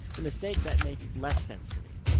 the mistake that makes less sense to me,